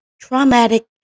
traumatic